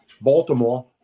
Baltimore